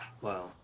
Wow